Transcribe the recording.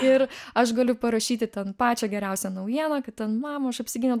ir aš galiu parašyti ten pačią geriausią naujieną kad ten mama aš apsigyniau